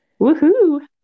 Woohoo